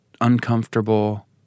uncomfortable